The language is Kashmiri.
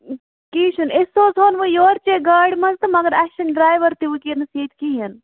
کیٚنٛہہ چھُنہٕ أسۍ سوزٕہون وۅنۍ یورٕچے گاڑِ منٛز تہٕ مگر اَسہِ چھِنہٕ ڈرایِوَر تہِ وُنکیٚنَس ییٚتہِ کِہیٖنٛۍ